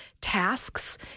tasks